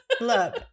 Look